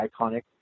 iconic